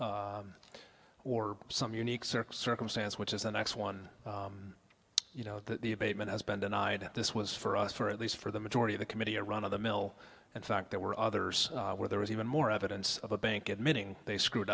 fault or some unique circus circumstance which is the next one you know the abatement has been denied this was for us for at least for the majority of the committee a run of the mill in fact there were others where there was even more evidence of a bank admitting they screwed